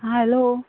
आं हॅलो